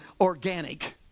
organic